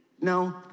No